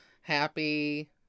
happy